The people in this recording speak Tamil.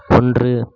ஒன்று